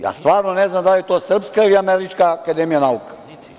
Ja stvarno ne znam da li je to srpska ili američka akademija nauka?